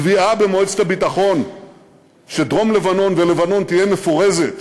קביעה במועצת הביטחון שדרום-לבנון ולבנון תהיה מפורזת